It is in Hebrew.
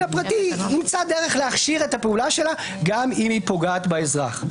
הפרטי ימצא את הדרך להכשיר את הפעולה שלה גם אם היא פוגעת באזרח.